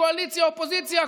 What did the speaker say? קואליציה אופוזיציה,